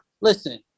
Listen